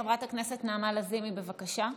חברת הכנסת נעמה לזימי, בבקשה.